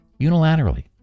unilaterally